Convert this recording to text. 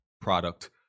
product